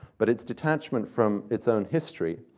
but its detachment from its own history.